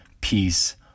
peace